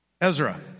Ezra